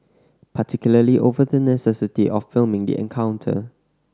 particularly over the necessity of filming the encounter